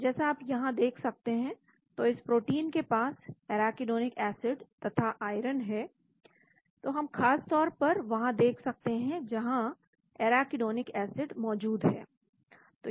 तो जैसा आप यहां देख सकते हैं तो इस प्रोटीन के पास एराकीडोनिक एसिड तथा आयरन है तो हम खास तौर पर वहां देख सकते हैं जहां एराकीडोनिक एसिड मौजूद है